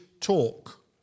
talk